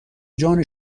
جان